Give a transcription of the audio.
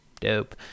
Dope